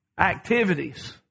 activities